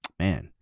man